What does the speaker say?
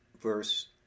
verse